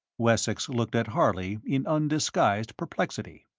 wessex looked at harley in undisguised perplexity.